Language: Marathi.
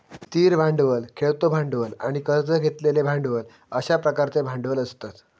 स्थिर भांडवल, खेळतो भांडवल आणि कर्ज घेतलेले भांडवल अश्या प्रकारचे भांडवल असतत